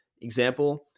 example